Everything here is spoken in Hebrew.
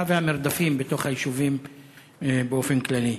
והמרדפים בתוך היישובים באופן כללי.